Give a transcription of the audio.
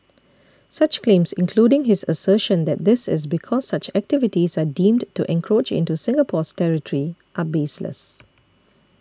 such claims including his assertion that this is because such activities are deemed to encroach into Singapore's territory are baseless